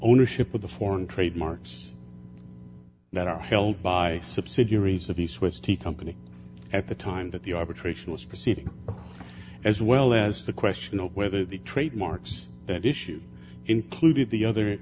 ownership of the foreign trademarks that are held by subsidiaries of the swiss t company at the time that the arbitration was proceeding as well as the question of whether the trademarks that issues included the